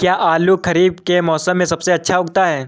क्या आलू खरीफ के मौसम में सबसे अच्छा उगता है?